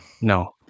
No